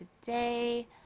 today